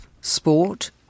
sport